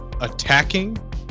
attacking